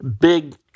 big